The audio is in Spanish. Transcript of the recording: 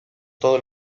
todos